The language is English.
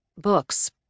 Books